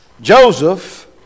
Joseph